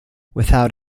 without